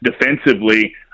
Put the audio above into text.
defensively